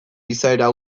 izaera